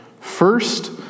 First